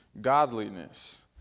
godliness